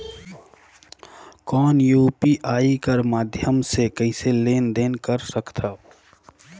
कौन यू.पी.आई कर माध्यम से कइसे लेन देन कर सकथव?